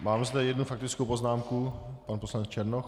Mám zde jednu faktickou poznámku pan poslanec Černoch.